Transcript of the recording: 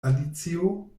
alicio